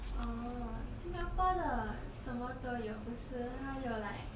orh singapore 的什么都有不是它有 like